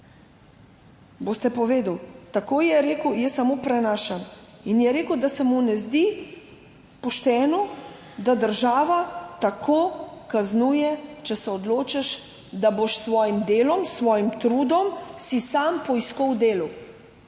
Boste povedali, tako je rekel, jaz samo prenašam. In je rekel, da se mu ne zdi pošteno, da država tako kaznuje, če se odločiš, da si boš s svojim delom, s svojim trudom sam poiskal delo.